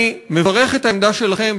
אני מברך על העמדה שלכם,